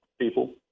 people